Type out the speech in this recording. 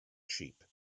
sheep